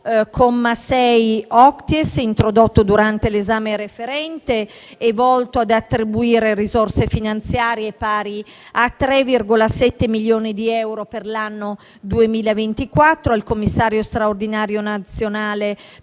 6-*octies*, introdotto durante l'esame referente, è volto ad attribuire risorse finanziarie pari a 3,7 milioni di euro per l'anno 2024 al Commissario straordinario nazionale